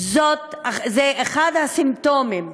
היא אחד הסימפטומים,